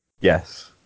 Yes